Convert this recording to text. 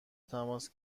تماس